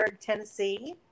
Tennessee